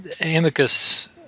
Amicus